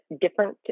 different